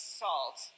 salt